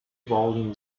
volume